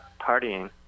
partying